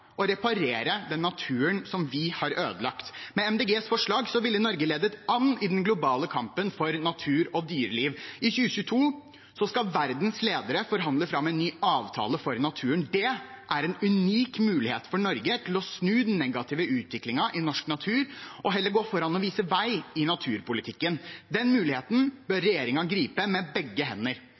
og reparere den naturen vi har ødelagt. Med Miljøpartiet De Grønnes forslag ville Norge ledet an i den globale kampen for natur og dyreliv. I 2022 skal verdens ledere forhandle fram en ny avtale for naturen. Det er en unik mulighet for Norge til å snu den negative utviklingen i norsk natur og heller gå foran og vise vei i naturpolitikken. Den muligheten bør regjeringen gripe med begge hender.